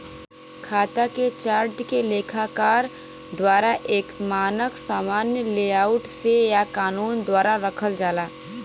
खाता के चार्ट के लेखाकार द्वारा एक मानक सामान्य लेआउट से या कानून द्वारा रखल जाला